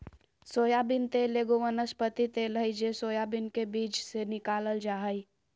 soybean तेल एगो वनस्पति तेल हइ जे सोयाबीन के बीज से निकालल जा हइ